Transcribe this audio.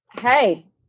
hey